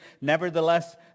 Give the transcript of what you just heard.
Nevertheless